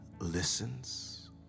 listens